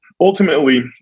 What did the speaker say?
ultimately